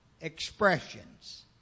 expressions